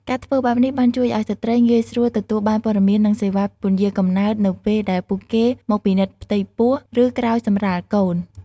ការធ្វើបែបនេះបានជួយឲ្យស្ត្រីងាយស្រួលទទួលបានព័ត៌មាន និងសេវាពន្យារកំណើតនៅពេលដែលពួកគេមកពិនិត្យផ្ទៃពោះ ឬក្រោយសម្រាលកូន។